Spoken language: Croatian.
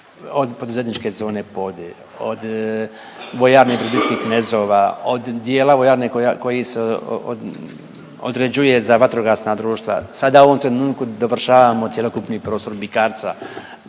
ne razumije./… od vojarne bribirskih knezova, od dijela vojarne koji se određuje za vatrogasna društva. Sada u ovom trenutku dovršavamo cjelokupni prostor Bikarca,